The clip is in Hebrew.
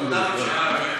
אל תדאגו.